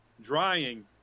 drying